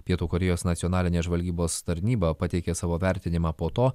pietų korėjos nacionalinė žvalgybos tarnyba pateikė savo vertinimą po to